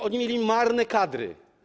Oni mieli marne kadry.